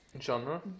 Genre